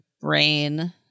brain